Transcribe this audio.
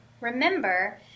Remember